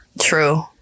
True